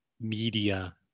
media